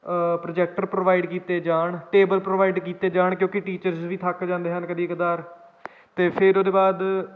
projector provide ਕੀਤੇ ਜਾਣ table provide ਕੀਤੇ ਜਾਣ ਕਿਉਂਕਿ ਟੀਚਰਸ ਵੀ ਥੱਕ ਜਾਂਦੇ ਹਨ ਕਦੇ ਕਦਾਰ ਅਤੇ ਫਿਰ ਉਹਦੇ ਬਾਅਦ